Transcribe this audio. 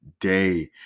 day